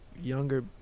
younger